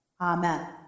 amen